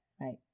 right